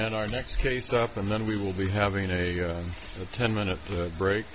and our next case up and then we will be having a ten minute break